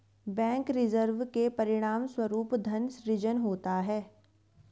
bank reserve के परिणामस्वरूप धन सृजन होता है